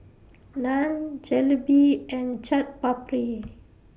Naan Jalebi and Chaat Papri